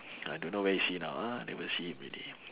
I don't know where is he now ah never see him already